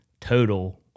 total